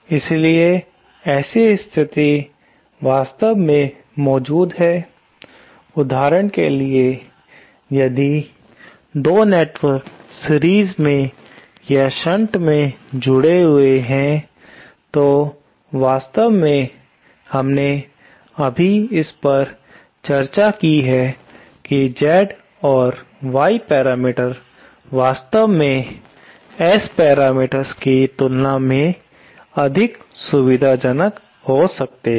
इसलिए ऐसी स्थिति वास्तव में मौजूद है उदाहरण के लिए यदि 2 नेटवर्क सीरीज में या शंट में जुड़े हुए हैं तो वास्तव में हमने अभी इस पर चर्चा की है कि Z और Y पैरामीटर वास्तव में S पैरामीटर्स की तुलना में अधिक सुविधाजनक हो सकते हैं